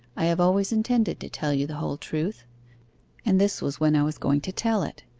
i have always intended to tell you the whole truth and this was when i was going to tell it,